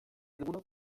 dugunok